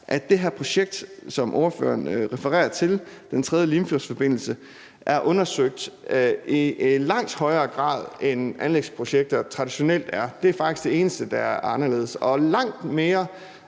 at det her projekt, som ordføreren refererer til, nemlig den tredje Limfjordsforbindelse, er undersøgt i langt højere grad, end anlægsprojekter traditionelt er. Det er faktisk det eneste, der er anderledes, og langt mere